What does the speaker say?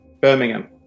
Birmingham